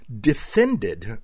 defended